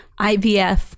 IVF